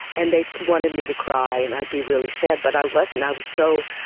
and they wanted me to cry and i'd be really sad but i wasn't, i was so,